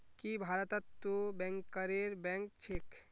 की भारतत तो बैंकरेर बैंक छेक